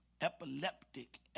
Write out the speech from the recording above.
epileptic